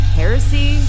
heresy